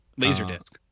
LaserDisc